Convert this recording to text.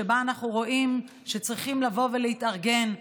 שבה אנחנו רואים שצריכים להתארגן,